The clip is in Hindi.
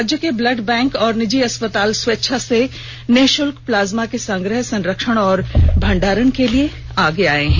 राज्य के ब्लड बैंक और निजी अस्पताल स्वेच्छा से निषुल्क प्लाज्मा के संग्रह संरक्षण और भण्डारण के लिए आगे आये है